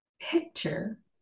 picture